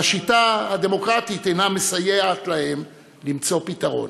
והשיטה הדמוקרטית אינה מסייעת להם למצוא פתרון.